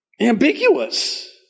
ambiguous